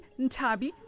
Ntabi